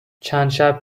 چندشب